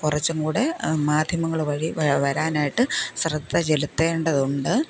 കുറച്ചും കൂടെ മാധ്യമങ്ങൾ വഴി വരാനായിട്ട് ശ്രദ്ധ ചെലുത്തേണ്ടതുണ്ട്